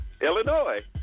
Illinois